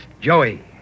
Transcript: Joey